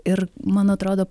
ir man atrodo